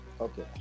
Okay